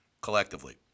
Collectively